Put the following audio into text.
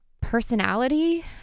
personality